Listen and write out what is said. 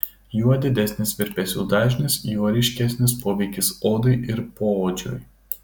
juo didesnis virpesių dažnis juo ryškesnis poveikis odai ir poodžiui